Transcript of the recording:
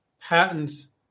patents